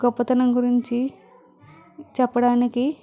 గొప్పతనం గురించి చెప్పడానికి